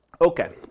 Okay